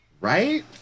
Right